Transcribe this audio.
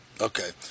Okay